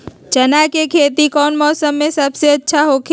चाना के खेती कौन मौसम में सबसे अच्छा होखेला?